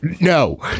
No